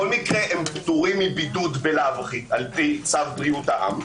פטורים מבידוד בלאו הכי לפי צו בריאות העם.